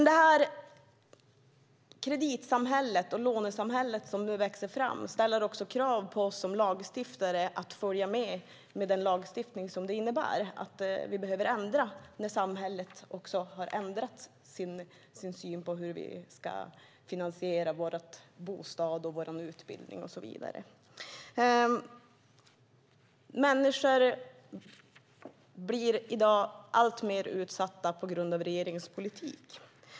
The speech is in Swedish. Det kredit och lånesamhälle som växer fram ställer dock krav på att vi som lagstiftare följer med och ändrar lagstiftningen när samhället förändrat sin syn på hur vi ska finansiera vårt boende, vår utbildning och så vidare. Människor blir i dag alltmer utsatta på grund av regeringens politik.